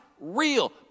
real